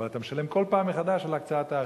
אבל אתה משלם כל פעם מחדש על הקצאת האשראי.